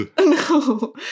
No